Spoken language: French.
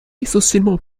essentiellement